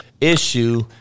issue